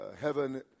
heaven